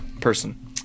person